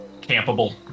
campable